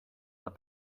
but